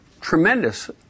tremendous